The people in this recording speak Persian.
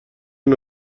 نوع